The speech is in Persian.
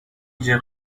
جیغ